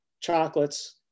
chocolates